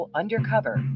undercover